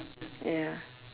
ya